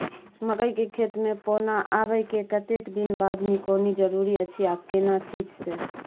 मकई के खेत मे पौना आबय के कतेक दिन बाद निकौनी जरूरी अछि आ केना चीज से?